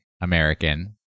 american